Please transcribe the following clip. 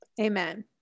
amen